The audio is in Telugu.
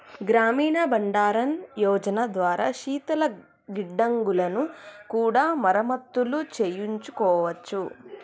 గ్రామీణ బండారన్ యోజన ద్వారా శీతల గిడ్డంగులను కూడా మరమత్తులు చేయించుకోవచ్చు